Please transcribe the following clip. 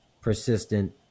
persistent